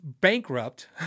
bankrupt